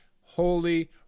holy